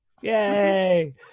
Yay